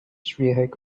schwierig